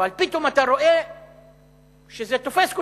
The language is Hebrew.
אבל פתאום אתה רואה שזה תופס כותרות.